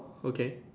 okay